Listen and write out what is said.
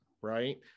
right